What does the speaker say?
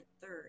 third